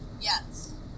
Yes